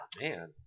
man